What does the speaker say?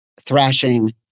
thrashing